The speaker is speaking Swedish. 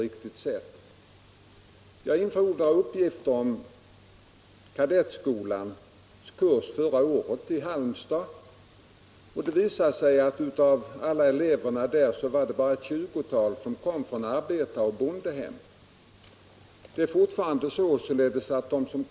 Jag har infordrat uppgifter om kadettskolans kurs i Halmstad förra året, och de visar att av alla eleverna där var det bara ett tjugotal pojkar som kom från arbetaroch bondehem.